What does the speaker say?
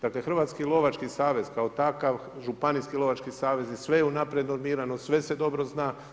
Dakle Hrvatski lovački savez kao takav, županijski lovački savezi sve je unaprijed normirano, sve se dobro zna.